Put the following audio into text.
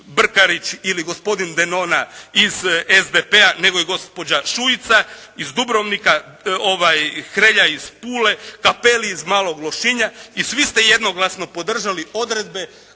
Brkarić ili gospodin Denona iz SDP-a nego i gospođa Šuica iz Dubrovnika, Hrelja iz Pule, Cappli iz Malog Lošinja. I svi ste jednoglasno podržali odredbe